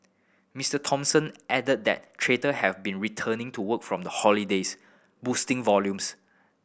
Mister Thompson added that trader have been returning to work from the holidays boosting volumes